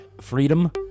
freedom